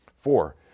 Four